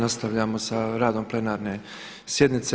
Nastavljamo sa radom plenarne sjednice.